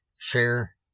Share